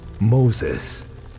Moses